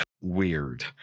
weird